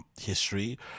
history